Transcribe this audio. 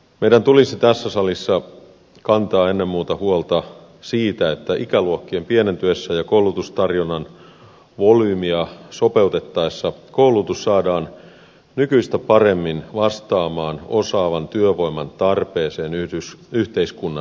meidän tulisi tässä salissa kantaa ennen muuta huolta siitä että ikäluokkien pienentyessä ja koulutustarjonnan volyymia sopeutettaessa koulutus saadaan nykyistä paremmin vastaamaan osaavan työvoiman tarpeeseen yhteiskunnassamme